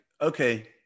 okay